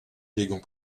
élégant